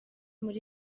muri